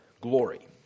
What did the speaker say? glory